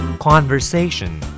Conversation